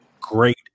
great